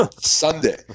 Sunday